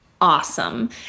awesome